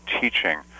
teaching